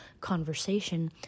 conversation